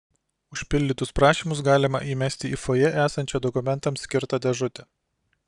užpildytus prašymus galima įmesti į fojė esančią dokumentams skirtą dėžutę